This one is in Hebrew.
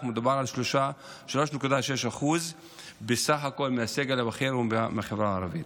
מדובר על 3.6% בסך הכול מהסגל הבכיר שמגיע מהחברה הערבית.